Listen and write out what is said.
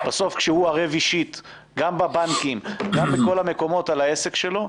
בסוף כשהוא ערב אישית גם בבנקים גם בכל המקומות על העסק שלו,